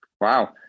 Wow